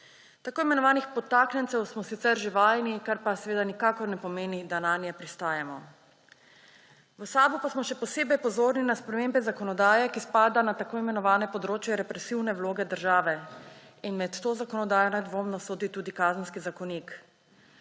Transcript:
Tako imenovanih podtaknjencev smo sicer že vajeni, kar pa nikakor ne pomeni, da nanje pristajamo. V SAB smo pa še posebej pozorni na spremembe zakonodaje, ki spada na tako imenovano področje represivne vloge države. Med to zakonodajo nedvomno sodi tudi Kazenski zakonik.